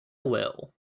will